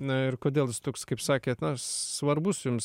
na ir kodėl jis toks kaip sakėt na svarbus jums